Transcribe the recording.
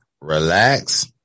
relax